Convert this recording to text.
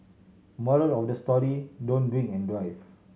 moral of the story don't drink and drive